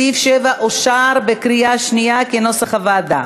סעיף 7 אושר בקריאה שנייה כנוסח הוועדה.